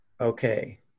Okay